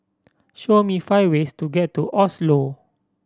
show me five ways to get to Oslo